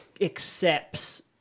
accepts